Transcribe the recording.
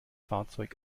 fahrzeug